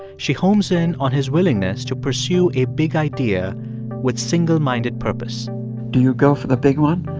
she hones in on his willingness to pursue a big idea with single-minded purpose do you go for the big one,